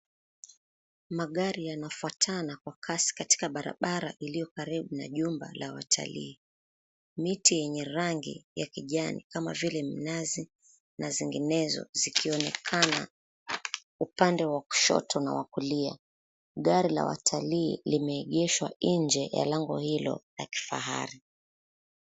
Magari yanafuatana kwa kasi katika barabara iliyokaribu na jumba ya watalii. Mti yenye rangi ya kijani kama vile minazi na zinginezo zikionekana upande wa kushoto na wakulia, gari ya watalii limeengeshwa nje la lango ilo la kifahari.